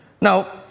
Now